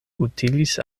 utilis